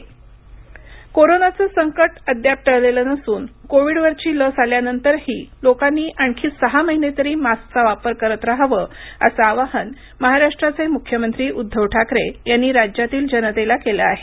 मुख्यमंत्री महाराष्ट्र कोरोनाचं संकट अद्याप टळलेलं नसून कोविडवरची लस आल्यानंतरही लोकांनी आणखी सहा महिने तरी मास्कचा वापर करत रहावं असं आवाहन महाराष्ट्राचे मुख्यमंत्री उद्धव ठाकरे यांनी राज्यातील जनतेला केलं आहे